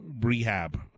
rehab